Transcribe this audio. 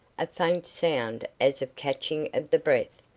a faint sound as of catching of the breath,